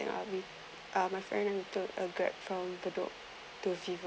um my friend enter a grab from the bedok to